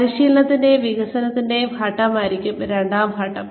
പരിശീലനത്തിന്റെയും വികസനത്തിന്റെയും ഘട്ടമായിരിക്കും രണ്ടാം ഘട്ടം